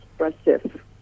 expressive